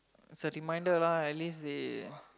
it's a reminder lah at least they